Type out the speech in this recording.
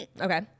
Okay